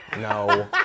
no